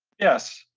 yes,